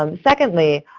um secondly,